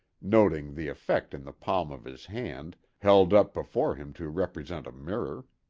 noting the effect in the palm of his hand, held up before him to represent a mirror.